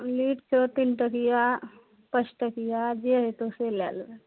lead छौ तीन टकिया पाँच टकिया जे हेतौ से लए लेबय